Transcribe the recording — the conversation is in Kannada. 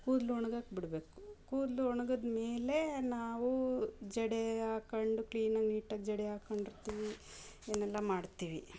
ಕೂದಲು ಒಣಗಕೆಬಿಡ್ಬೇಕು ಕೂದಲು ಒಣಗಿದ್ಮೇಲೆ ನಾವು ಜಡೆ ಹಾಕಂಡು ಕ್ಲೀನಾಗಿ ನೀಟಾಗಿ ಜಡೆ ಹಾಕೊಂಡಿರ್ತಿವಿ ಏನೆಲ್ಲ ಮಾಡ್ತೀವಿ